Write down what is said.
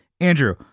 Andrew